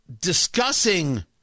discussing